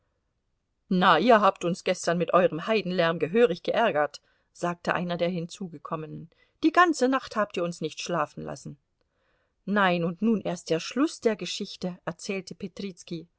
na ihr habt uns gestern mit euerem heidenlärm gehörig geärgert sagte einer der hinzugekommenen die ganze nacht habt ihr uns nicht schlafen lassen nein und nun erst der schluß der ganzen geschichte erzählte petrizki